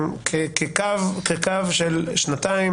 לפי מה שהבנתי,